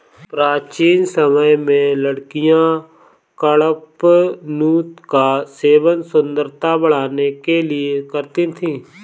प्राचीन समय में लड़कियां कडपनुत का सेवन सुंदरता बढ़ाने के लिए करती थी